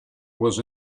was